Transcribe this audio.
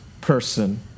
person